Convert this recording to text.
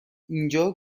اینجا